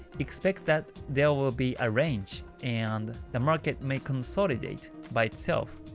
expect that there will be a range, and the market may consolidate by itself.